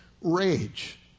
rage